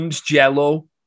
Jello